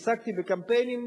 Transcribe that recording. עסקתי בקמפיינים.